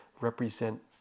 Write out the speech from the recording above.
represent